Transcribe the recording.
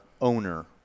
owner